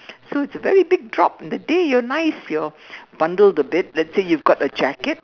so it's a very big drop in the day you're nice your bundle the bed let's say you've got a jacket